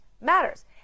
matters